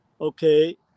okay